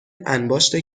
انباشت